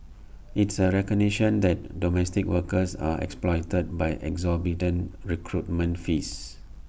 it's A recognition that domestic workers are exploited by exorbitant recruitment fees